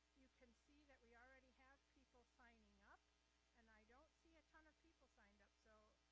you can see that we already have people signing up and i don't see a ton of people signed up, so.